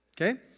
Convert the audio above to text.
Okay